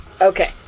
Okay